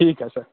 ठीक है सर